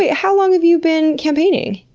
how long have you been campaigning?